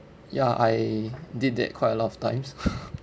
ya I did that quite a lot of times